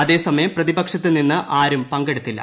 അതേ സമയം പ്രതിപക്ഷത്ത് നിന്ന് ആരും പങ്കെടുത്തില്ല്